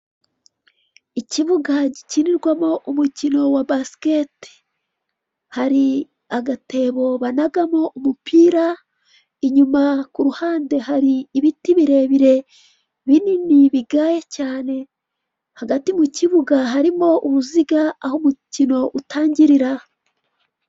Ikibuga gikinirwamo umukino wa basiketi, hari agatebo banagamo umupira ,inyuma kuruhande hari ibiti birebire, binini ,bigaye cyane, hagati mu kibuga harimo uruziga aho umukino utangirira.